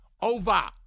over